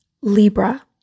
Libra